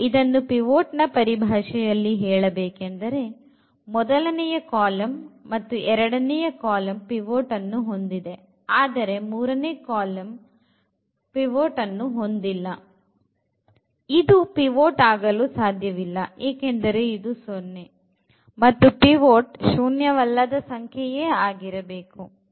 ಇನ್ನು ಇದನ್ನು ಪಿವೊಟ್ ನ ಪರಿಭಾಷೆಯಲ್ಲಿ ಹೇಳಬೇಕೆಂದರೆ ಮೊದಲನೆಯ ಕಾಲಂ ಮತ್ತು ಎರಡನೆಯ ಕಾಲಂ ಪಿವೊಟ್ ಅನ್ನು ಹೊಂದಿದೆ ಆದರೆ ಮೂರನೇ ಕಾಲಂ ಪಿವೊಟ್ವನ್ನು ಹೊಂದಿಲ್ಲ ಇದು ಪಿವೊಟ್ ಆಗಲು ಸಾಧ್ಯವಿಲ್ಲ ಏಕೆಂದರೆ ಇದು 0 ಮತ್ತು ಪಿವೊಟ್ ಶೂನ್ಯ ವಲ್ಲದ ಸಂಖ್ಯೆಯೇ ಆಗಿರಬೇಕು